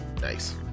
Nice